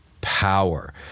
power